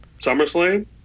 SummerSlam